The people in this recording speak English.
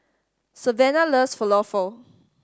Savana loves Falafel